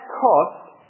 cost